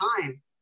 time